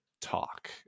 talk